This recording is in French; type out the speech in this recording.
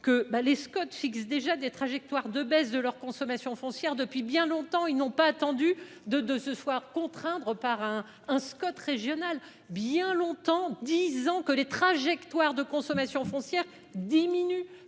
ben les scotches fixe déjà des trajectoires de baisse de leur consommation foncière depuis bien longtemps. Ils n'ont pas attendu de de ce soir. Contraindre par un un Scott régional bien longtemps disant que les trajectoires de consommation foncière diminue